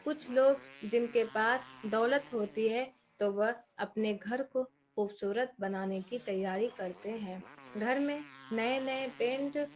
کچھ لوگ جن کے پاس دولت ہوتی ہے تو وہ اپنے گھر کو خوبصورت بنانے کی تیاری کرتے ہیں گھر میں نئے نئے پینٹ